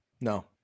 No